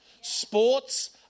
sports